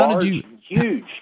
huge